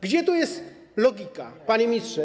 Gdzie tu jest logika, panie ministrze?